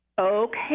Okay